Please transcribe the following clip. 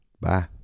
Bye